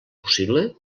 possible